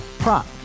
Prop